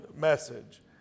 message